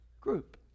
group